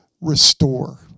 restore